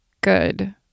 good